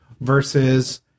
versus